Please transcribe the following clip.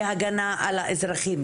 בהגנה על האזרחים?